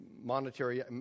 monetary